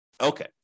Okay